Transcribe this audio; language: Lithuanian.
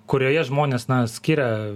kurioje žmonės na skiria